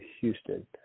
Houston